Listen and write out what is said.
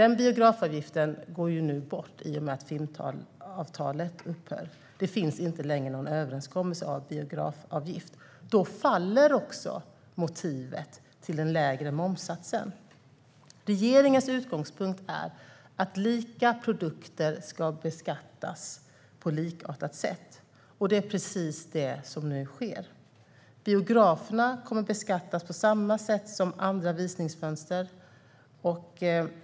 Den biografavgiften går nu bort i och med att filmavtalet uppgör. Det finns inte längre någon överenskommelse om biografavgift. Då faller också motivet till den lägre momssatsen. Regeringens utgångspunkt är att lika produkter ska beskattas på likartat sätt. Det är precis det som nu sker. Biograferna kommer att beskattas på samma sätt som andra visningsfönster.